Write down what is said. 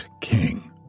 king